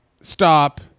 stop